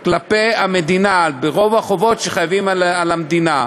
כלפי המדינה, ברוב החובות שחייבים למדינה.